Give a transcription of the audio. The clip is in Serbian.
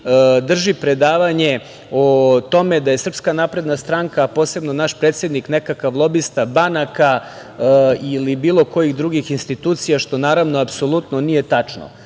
drži predavanje o tome da je SNS, a posebno naš predsednik nekakav lobista banaka ili bilo kojih drugih institucija, što naravno apsolutno nije